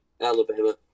Alabama